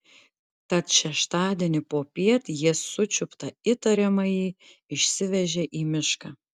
tad šeštadienį popiet jie sučiuptą įtariamąjį išsivežė į mišką